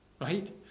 right